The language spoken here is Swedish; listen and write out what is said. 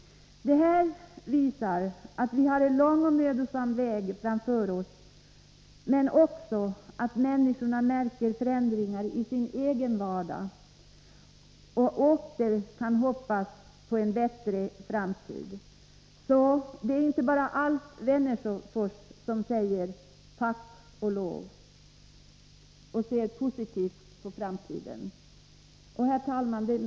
Detta visar att vi har en lång och mödosam väg framför oss, men också att människorna märker förändringar i sin egen vardag och åter kan hoppas på en bättre framtid. Det är inte bara Alf Wennerfors som säger tack och lov och ser positivt på framtiden. Herr talman!